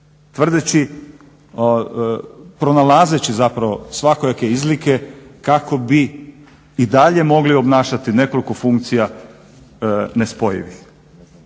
tvrdeći, pronalazeći zapravo svakojake izlike kako bi i dalje mogli obnašati nekoliko funkcija nespojivih.